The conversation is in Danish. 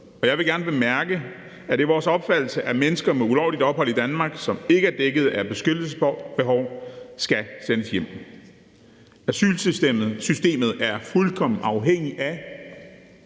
Jeg vil gerne bemærke, at det er vores opfattelse, at mennesker med ulovligt ophold i Danmark, som ikke er dækket af beskyttelsesbehov, skal sendes hjem. Asylsystemet er fuldkommen afhængigt af,